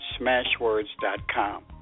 smashwords.com